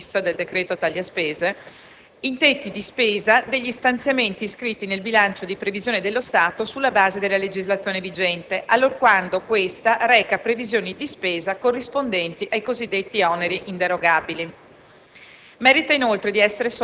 dello stesso decreto taglia spese - in tetti di spesa degli stanziamenti iscritti nel bilancio di previsione dello Stato sulla base della legislazione vigente, allorquando questa reca previsioni di spesa corrispondenti ai cosiddetti oneri inderogabili.